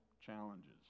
challenges